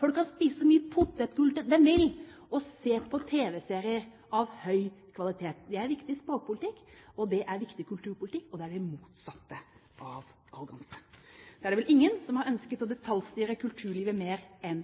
Folk kan spise så mye «pottitgull» de vil og se på tv-serier av høy kvalitet. Det er viktig språkpolitikk, det er viktig kulturpolitikk, og det er det motsatte av arroganse. Så er det vel ingen som har ønsket å detaljstyre kulturlivet mer enn